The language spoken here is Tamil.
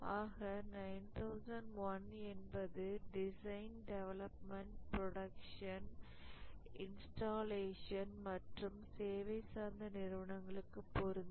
ஆக 9001 என்பது டிசைன் டெவலப்மெண்ட் புரோடக்ஷன்இன்ஸ்டாலேஷன் மற்றும் சேவை சார்ந்த நிறுவனங்களுக்கு பொருந்தும்